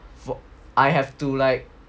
I have to like